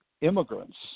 immigrants